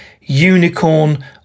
unicorn